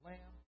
Lamb